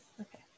Okay